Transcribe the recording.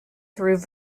through